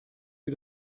sie